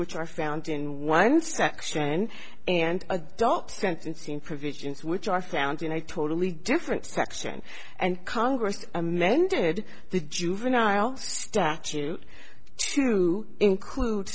which are found in one section and adult sentenced in provisions which are found in a totally different section and congress amended the juvenile statute to include